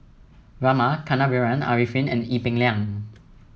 Rama Kannabiran Arifin and Ee Peng Liang